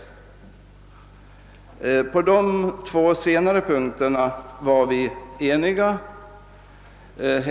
På de två senare punkterna var vi eniga.